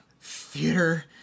Theater